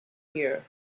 here